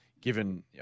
given